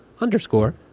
underscore